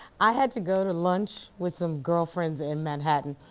i had to go to lunch with some girlfriends in manhattan,